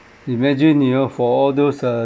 imagine you know for all those uh